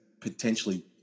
potentially